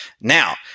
Now